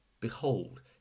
behold